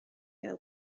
gael